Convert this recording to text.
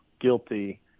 guilty